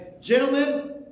Gentlemen